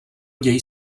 děj